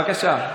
בבקשה.